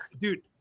Dude